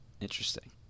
interesting